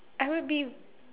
I would be